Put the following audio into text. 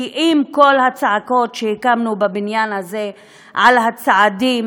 כי אם כל הצעקות שהקמנו בבניין הזה על הצעדים